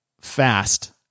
fast